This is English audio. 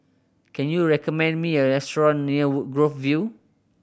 can you recommend me a restaurant near Woodgrove View